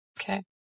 Okay